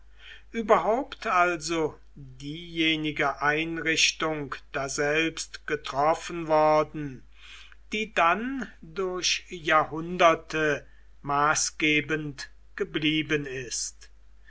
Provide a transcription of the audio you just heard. überhaupt also diejenige einrichtung daselbst getroffen worden die dann durch jahrhunderte maßgebend geblieben ist